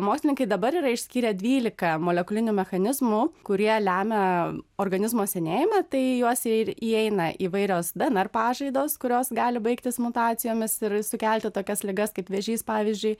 mokslininkai dabar yra išskyrę dvylika molekulinių mechanizmų kurie lemia organizmo senėjimą tai į juos ir įeina įvairios dnr pažaidos kurios gali baigtis mutacijomis ir sukelti tokias ligas kaip vėžys pavyzdžiui